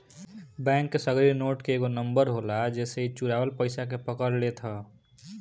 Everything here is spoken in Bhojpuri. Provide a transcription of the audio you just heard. बैंक के सगरी नोट के एगो नंबर होला जेसे इ चुरावल पईसा के पकड़ लेत हअ